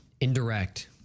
Indirect